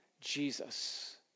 Jesus